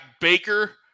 Baker